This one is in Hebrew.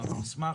ואנחנו נשמח,